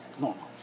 normal